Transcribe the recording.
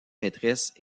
maîtresse